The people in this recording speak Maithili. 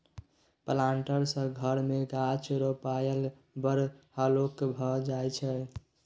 प्लांटर सँ घर मे गाछ रोपणाय बड़ हल्लुक भए जाइत छै